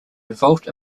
involved